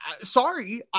sorry